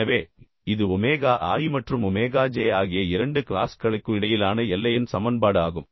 எனவே இது omega i மற்றும் ஒமேகா j ஆகிய இரண்டு க்ளாஸ்களுக்கு இடையிலான எல்லையின் சமன்பாடு ஆகும்